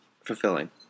fulfilling